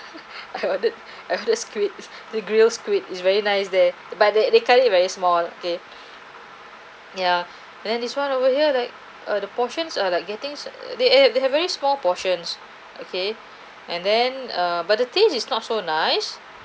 I ordered I ordered squid the grilled squid is very nice there but they they cut it very small they ya then this one over here like uh the portions are like getting they eh they have very small portions okay and then err but the things is not so nice